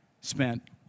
spent